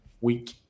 week